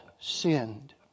sinned